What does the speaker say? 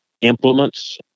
implements